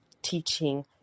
teaching